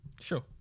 sure